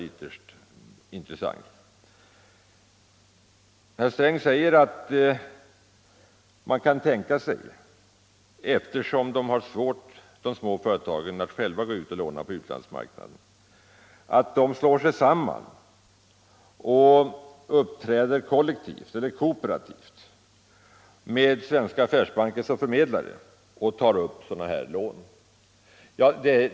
Herr Sträng säger att eftersom de små företagen har svårt att själva gå ut och låna på utlandsmarknaden kan man tänka sig att de slår sig samman och uppträder kollektivt med svenska affärsbanker som förmedlare av en upplåning i kooperativ form.